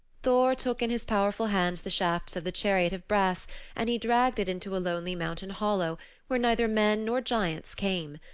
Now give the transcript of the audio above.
thor took in his powerful hands the shafts of the chariot of brass and he dragged it into a lonely mountain hollow where neither men nor giants came.